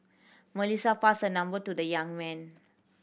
Melissa passed her number to the young man